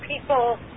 people